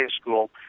school